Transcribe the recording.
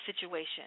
situation